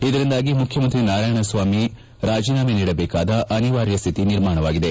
ಇದರಿಂದಾಗಿ ಮುಖ್ಯಮಂತ್ರಿ ನಾರಾಯಣಸ್ವಾಮಿ ರಾಜೀನಾಮೆ ನೀಡಬೇಕಾದ ಅನಿವಾರ್ಯ ಸ್ಥಿತಿ ನಿರ್ಮಾಣವಾಗಿದೆ